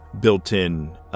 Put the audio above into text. built-in